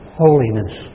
holiness